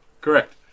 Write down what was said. correct